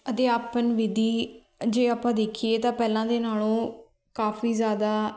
ਅਧਿਆਪਨ ਵਿਧੀ ਜੇ ਆਪਾਂ ਦੇਖੀਏ ਤਾਂ ਪਹਿਲਾਂ ਦੇ ਨਾਲੋਂ ਕਾਫੀ ਜ਼ਿਆਦਾ